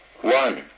one